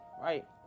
right